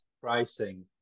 pricing